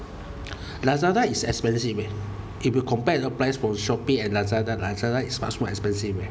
Lazada is expensive eh if you compare the price for Shopee and Lazada Lazada is much more expensive eh